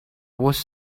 was